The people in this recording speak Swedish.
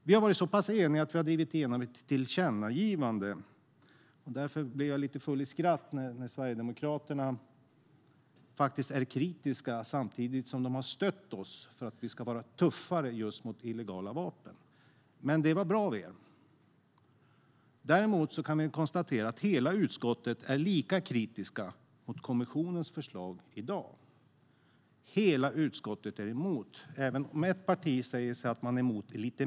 Vi har varit så pass eniga att vi har drivit igenom ett tillkännagivande. Därför blir jag lite full i skratt när Sverigedemokraterna faktiskt är kritiska samtidigt som de har stött oss i att vara tuffare mot just illegala vapen. Det var dock bra av dem! Däremot kan vi konstatera att hela utskottet är lika kritiskt mot kommissionens förslag i dag. Hela utskottet är emot, även om ett parti säger sig vara lite mer emot.